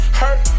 hurt